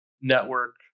network